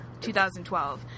2012